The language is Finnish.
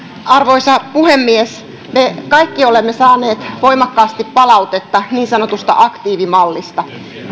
arvoisa puhemies me kaikki olemme saaneet voimakkaasti palautetta niin sanotusta aktiivimallista